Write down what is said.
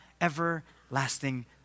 everlasting